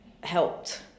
helped